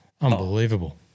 Unbelievable